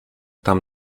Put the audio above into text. tam